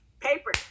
paper